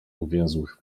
uwięzłych